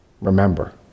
remember